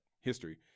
history